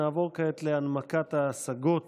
נעבור כעת להנמקת ההשגות